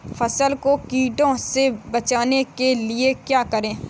फसल को कीड़ों से बचाने के लिए क्या करें?